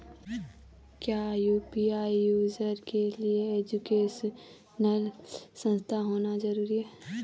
क्या UPI user के लिए एजुकेशनल सशक्त होना जरूरी है?